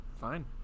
Fine